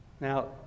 Now